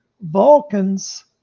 Vulcans